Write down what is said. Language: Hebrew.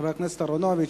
חבר הכנסת אהרונוביץ,